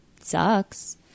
Sucks